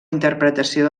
interpretació